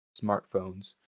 smartphones